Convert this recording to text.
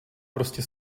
prostě